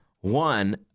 One